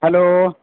hello